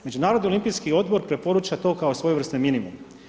Međunarodni olimpijski odbor preporuča to kao svojevrsni minimum.